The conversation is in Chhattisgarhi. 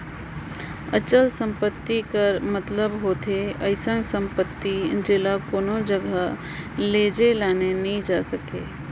अचल संपत्ति कर मतलब होथे अइसन सम्पति जेला कोनो जगहा लेइजे लाने नी जाए सके